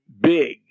big